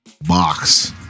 box